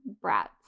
brats